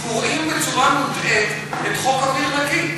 קוראים בצורה מוטעית את חוק אוויר נקי.